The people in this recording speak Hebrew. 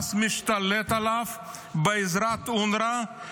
חמאס משתלט עליו בעזרת אונר"א,